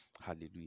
Hallelujah